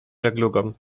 żeglugą